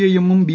I എമ്മും B